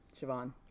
Siobhan